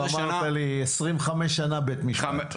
בבקשה,